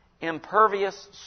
impervious